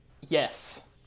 Yes